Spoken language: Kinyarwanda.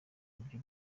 buryo